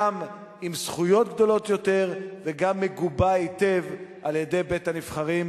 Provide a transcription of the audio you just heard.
גם עם זכויות גדולות יותר וגם מגובה היטב על-ידי בית-הנבחרים,